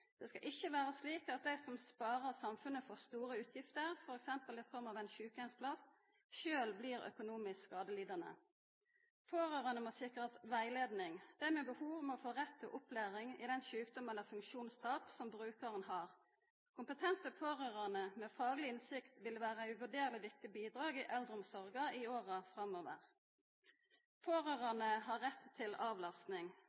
Det skal ikkje vera slik at dei som sparar samfunnet for store utgifter, f.eks. i form av ein sjukeheimsplass, sjølve blir økonomisk skadelidande. Pårørande må sikrast rettleiing. Dei med behov må få rett til opplæring i den sjukdomen eller det funksjonstapet som brukaren har. Kompetente pårørande med fagleg innsikt vil vera eit uvurderleg viktig bidrag i eldreomsorga i åra